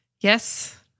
Yes